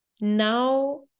now